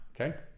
okay